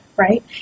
right